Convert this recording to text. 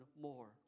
more